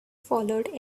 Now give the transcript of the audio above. followed